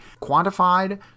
quantified